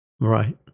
right